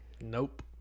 nope